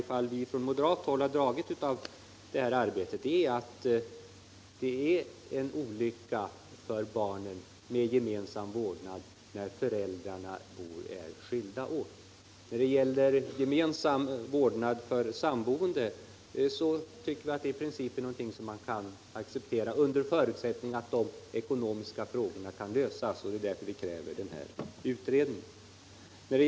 Den slutsats vi har dragit, i varje fall på moderat håll, av det här arbetet är att gemensam vårdnad är en olycka för barnet när föräldrarna är skilda åt. Gemensam vårdnad av barnet för samboende tycker vi däremot är någonting som man i princip kan acceptera, under förutsättning att de ekonomiska problemen kan lösas. Och det är ju därför vi begär en utredning.